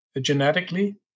genetically